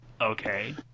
Okay